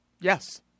Yes